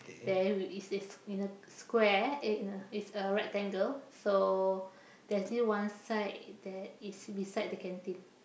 then is is in a square eh in a it's a rectangle so there's this one side that is beside the canteen